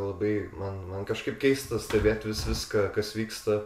labai man man kažkaip keista stebėt vis viską kas vyksta